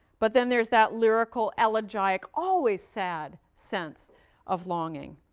but then there is that lyrical, elegiac, always sad sense of longing,